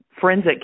forensic